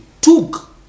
took